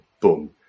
boom